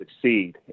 succeed